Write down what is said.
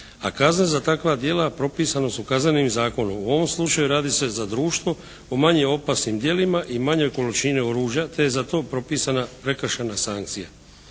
a kazna za takva djela propisana su Kaznenim zakonom. U ovom slučaju radi se za društvo po manje opasnim djelima i manjoj količini oružja te je za to propisana prekršajna sankcija.